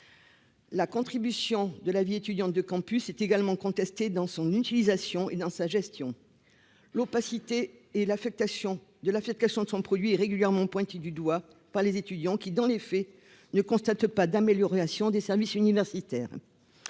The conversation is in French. La contribution de la vie étudiante du campus, c'est également contesté dans son utilisation et dans sa gestion, l'opacité et l'affectation de la Fed, question de son produit régulièrement pointée du doigt par les étudiants qui dans les faits, ne constate pas d'amélioration des services universitaires,